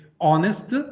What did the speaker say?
honest